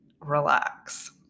relax